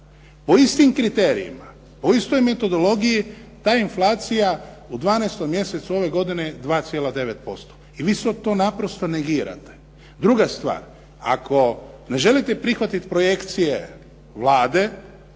po istim kriterijima, po istoj metodologiji ta inflacija u 12. mjesecu ove godine je 2,9% i vi sve to naprosto negirate. Druga stvar. Ako ne želite prihvatit projekcije Vlade